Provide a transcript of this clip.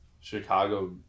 Chicago